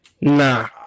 Nah